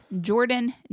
Jordan